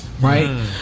right